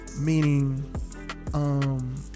meaning